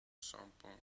sample